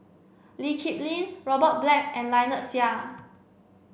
Lee Kip Lin Robert Black and Lynnette Seah